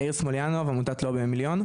יאיר סמוליאנוב, עמותת לובי המיליון.